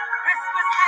Christmas